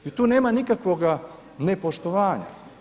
I tu nema nikakvoga nepoštovanja.